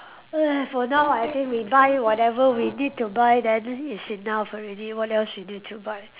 for now I think we buy whatever we need to buy then it's enough already what else you need to buy